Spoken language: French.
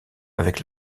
avec